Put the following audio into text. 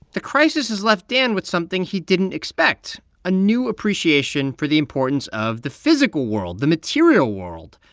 the crisis has left dan with something he didn't expect a new appreciation for the importance of the physical world, the material world,